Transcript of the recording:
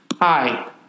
Hi